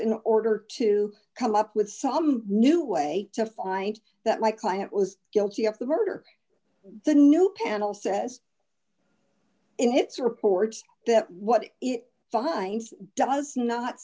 in order to come up with some new way to find that my client was guilty of the murder the new panel says it's reports that what it finds does not